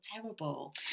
terrible